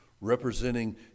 representing